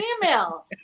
female